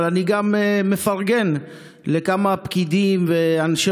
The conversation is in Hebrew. אבל אני גם מפרגן לכמה פקידים ואנשי